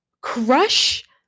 crush